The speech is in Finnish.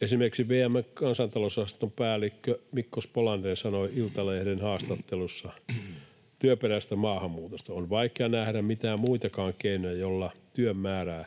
Esimerkiksi VM:n kansantalousosaston päällikkö Mikko Spolander sanoi Iltalehden haastattelussa työperäisestä maahanmuutosta: ”On vaikea nähdä mitään muitakaan keinoja, joilla työn määrän